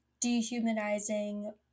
dehumanizing